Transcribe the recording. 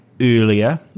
Earlier